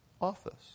office